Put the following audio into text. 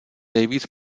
nejvíc